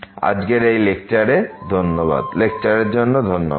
আজকের এই লেকচারের জন্য ধন্যবাদ